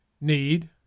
need